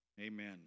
Amen